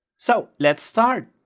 so let's start!